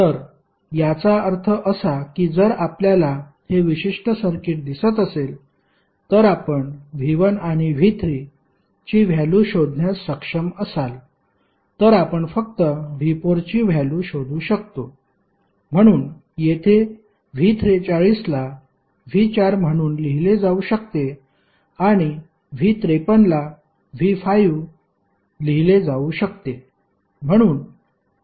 तर याचा अर्थ असा की जर आपल्याला हे विशिष्ट सर्किट दिसत असेल तर आपण V1 आणि V3 ची व्हॅल्यु शोधण्यास सक्षम असाल तर आपण फक्त V4 ची व्हॅल्यु शोधू शकतो म्हणून येथे V43 ला V4 म्हणून लिहिले जाऊ शकते आणि V53 ला V5 लिहिले जाऊ शकते